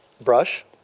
brush